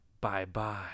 bye-bye